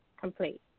complete